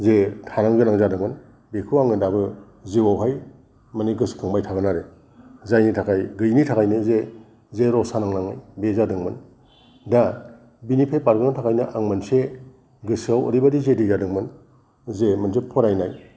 जे थानो गोनां जादोंमोन बेखौ आङो दाबो जिउआवहाय मानि गोसखांबाय थागोन आरो जायनि थाखाय गैयैनि थाखायनो जे जे रसा नांनांनाय बे जादोंमोन दा बिनिफ्राय बारगनो थाखायनो आं मोनसे गोसोआव ओरैबादि जेदि जादोंमोन जे मोनसे फरायनाय